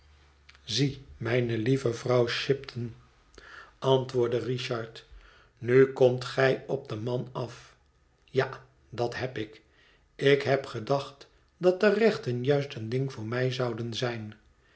zie mijne lieve vrouw shipton antwoordde richard nu komt gij op den man af ja dat heb ik ik heb gedacht dat de rechten juist een ding voor mij zouden zijn